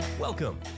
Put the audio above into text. Welcome